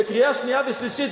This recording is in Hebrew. בקריאה שנייה ושלישית,